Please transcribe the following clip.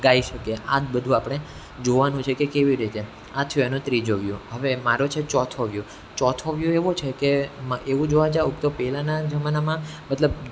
ગાઈ શકીએ આજ બધું આપણે જોવાનું છે કે કેવી રીતે આ થયો એનો ત્રીજો વ્યૂ હવે મારો છે ચોથો વ્યૂ ચોથો વ્યૂ એવો છે કે એમાં એવું જોવા જાવ તો પહેલાંના જમાનામાં મતલબ